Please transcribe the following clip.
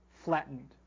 flattened